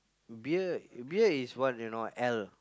beer beer is what you know ale